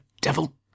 devil